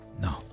no